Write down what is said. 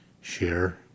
share